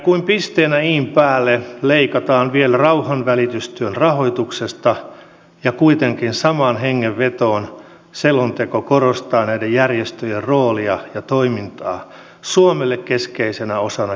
kuin pisteenä in päälle leikataan vielä rauhanvälitystyön rahoituksesta ja kuitenkin samaan hengenvetoon selonteko korostaa näiden järjestöjen roolia ja toimintaa suomelle keskeisenä osana kehitysyhteistyötä